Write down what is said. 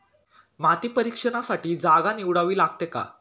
माती परीक्षणासाठी जागा निवडावी लागते का?